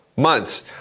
months